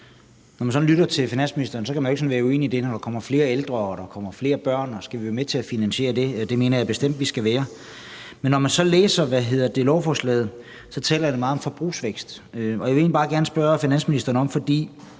sådan lytter til finansministeren, kan man ikke være uenig i det, han siger, i forhold til at der kommer flere ældre og der kommer flere børn. Skal vi være med til at finansiere det? Det mener jeg bestemt vi skal. Men når man så læser lovforslaget, kan man se, at det handler meget om forbrugsvækst. Jeg vil egentlig bare gerne spørge finansministeren om noget